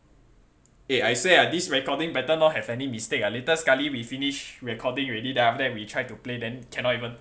eh I swear ah this recording better not have any mistake ah later sekali we finish recording already then after that we try to play then cannot even